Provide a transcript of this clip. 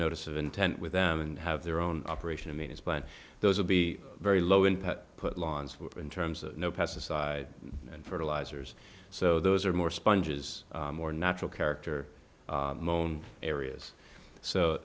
notice of intent with them and have their own operation in minutes but those will be very low impact put laws in terms of no pesticides and fertilizers so those are more sponges more natural character mon areas so